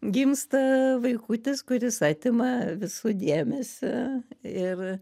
gimsta vaikutis kuris atima visų dėmesį ir